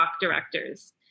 directors